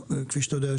כפי שאתה יודע,